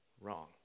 wrong